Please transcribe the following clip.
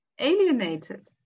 alienated